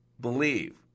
believe